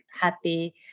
happy